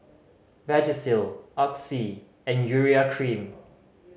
Vagisil Oxy and Urea Cream